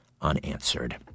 unanswered